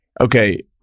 Okay